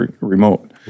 remote